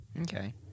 Okay